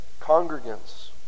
congregants